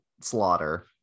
slaughter